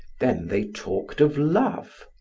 then they talked of love.